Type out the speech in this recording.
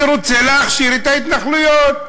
אני רוצה להכשיר את ההתנחלויות,